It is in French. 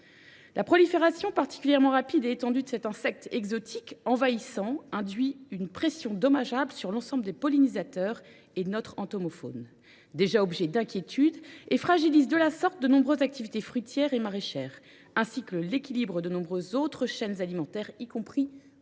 La prolifération particulièrement rapide et étendue de cet insecte exotique envahissant induit une pression dommageable sur l’ensemble des pollinisateurs et sur notre entomofaune, déjà objet d’inquiétudes, et fragilise de la sorte de nombreuses activités fruitières et maraîchères, ainsi que l’équilibre de nombreuses autres chaînes alimentaires, y compris ornithologiques.